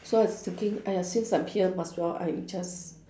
so I was thinking !aiya! since I'm here might as well I just